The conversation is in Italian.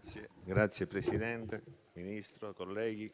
Signor Presidente, Ministro, colleghi,